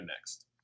next